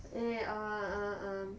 eh err err um